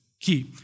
Key